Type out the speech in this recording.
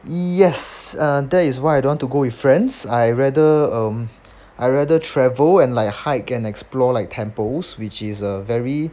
yes err that is why I don't want to go with friends I rather um I rather travel and like hike and explore like temples which is a very